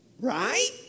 Right